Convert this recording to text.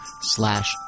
slash